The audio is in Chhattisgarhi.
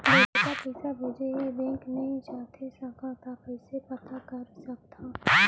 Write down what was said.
बेटा पइसा भेजे हे, बैंक नई जाथे सकंव त कइसे पता कर सकथव?